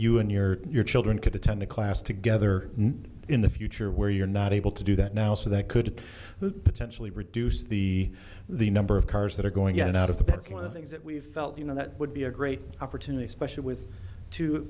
you and your your children could attend a class together in the future where you're not able to do that now so that could potentially reduce the the number of cars that are going to get out of that that's one of the things that we felt you know that would be a great opportunity especially with t